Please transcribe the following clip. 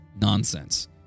nonsense